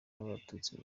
n’abatutsi